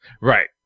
Right